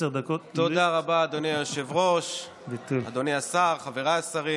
נעבור לסעיף הבא על סדר-היום, הצעת חוק-יסוד: